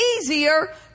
easier